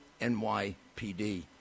NYPD